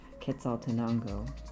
Quetzaltenango